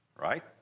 right